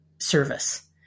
service